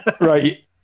Right